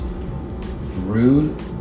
rude